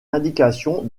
indication